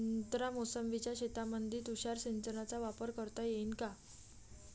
संत्रा मोसंबीच्या शेतामंदी तुषार सिंचनचा वापर करता येईन का?